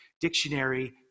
dictionary